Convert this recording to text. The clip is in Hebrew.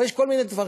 אבל יש כל מיני דברים